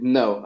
no